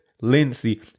Lindsay